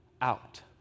out